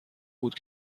بود